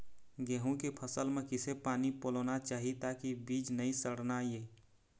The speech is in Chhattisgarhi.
गेहूं के फसल म किसे पानी पलोना चाही ताकि बीज नई सड़ना ये?